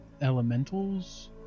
elementals